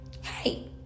hey